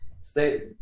stay